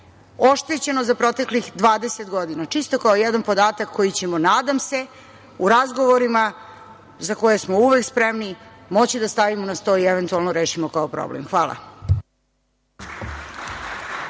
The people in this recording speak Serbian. oštećene za proteklih 20 godina? Čisto kao jedan podatak, koji ćemo nadam se, u razgovorima, za koje smo uvek spremni, moći da stavimo na sto i eventualno rešimo kao problem. Hvala.